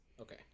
Okay